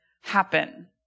happen